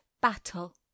Battle